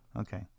Okay